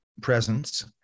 presence